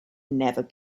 never